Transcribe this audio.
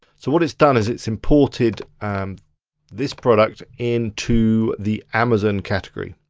so what it's done is it's imported um this product into the amazon category.